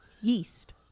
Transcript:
Yeast